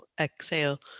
Exhale